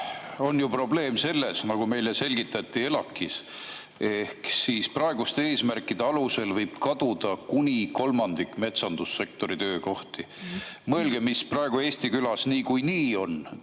on probleem selles, nagu meile selgitati ELAK‑is, et praeguste eesmärkide alusel võib kaduda kuni kolmandik metsandussektori töökohti. Mõelge, mis praegu Eesti külas niikuinii on: